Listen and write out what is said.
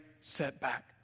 setback